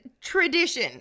tradition